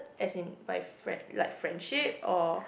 as in by frie~ like friendship or